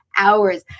hours